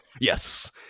yes